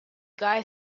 guy